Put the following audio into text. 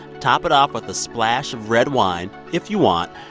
top it off with a splash of red wine if you want,